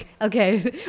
Okay